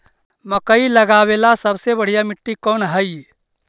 मकई लगावेला सबसे बढ़िया मिट्टी कौन हैइ?